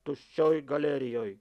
tuščioj galerijoj